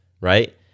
right